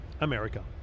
America